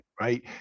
right